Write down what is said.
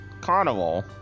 Carnival